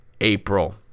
April